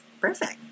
perfect